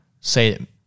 say